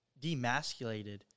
demasculated